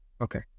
Okay